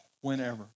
whenever